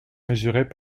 mesuraient